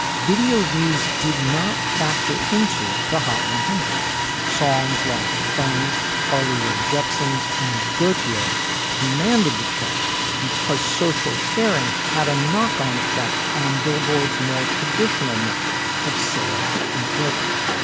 video views did not factor into the hot one hundred songs like funds carly rae jepsen's and goatees commanded the chart because social sharing had a knock on effect on billboard's more traditional metrics of sales and airplay.